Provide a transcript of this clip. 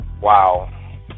wow